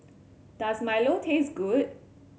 does milo taste good